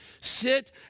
sit